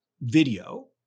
video